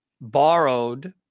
borrowed